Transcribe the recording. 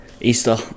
Easter